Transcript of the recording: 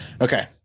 Okay